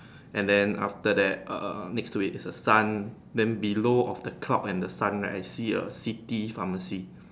and then after that err next to it is a sun then below of the cloud and the sun right I see a city pharmacy